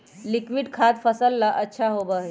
liquid खाद फसल ला अच्छा होबा हई